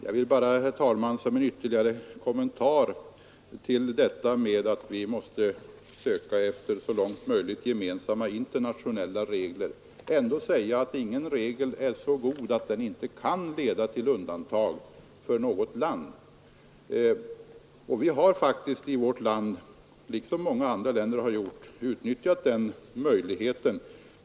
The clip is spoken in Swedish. Herr talman! Som en ytterligare kommentar till att vi så långt det är möjligt måste söka efter gemensamma internationella regler vill jag ändå säga att ingen regel är så god att den inte kan leda till undantag för något land. Vi har faktiskt — i likhet med vad många andra länder har gjort — utnyttjat den möjligheten.